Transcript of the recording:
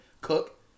cook